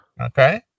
Okay